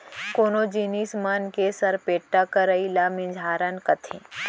कोनो जिनिस मन के सरपेट्टा करई ल मिझारन कथें